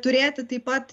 turėti taip pat